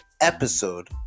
episode